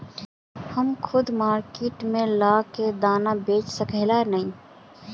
हम खुद मार्केट में ला के दाना बेच सके है नय?